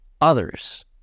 others